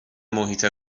محیط